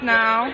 now